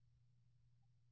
విద్యార్థి అలా అనుకోకు